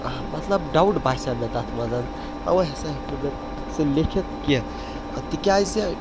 مطلب ڈاوُٹ باسیو مےٚ تَتھ منٛز تَوَے ہَسا ہیوٚک نہٕ مےٚ سُہ لیٚکھِتھ کیٚنٛہہ تِکیٛازِ